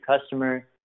customer